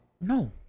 No